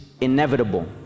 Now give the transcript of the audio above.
inevitable